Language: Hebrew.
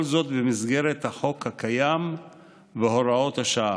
כל זאת, במסגרת החוק הקיים והוראות השעה.